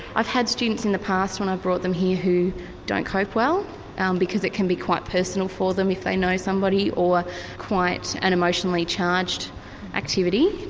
i've had students in the past when i've brought them here who don't cope well um because it can be quite personal for them if they know somebody. or quite an emotionally charged activity,